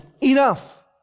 enough